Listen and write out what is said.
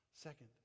Second